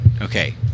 Okay